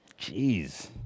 Jeez